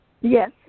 Yes